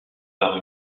par